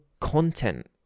content